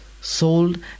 sold